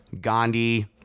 Gandhi